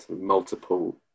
multiple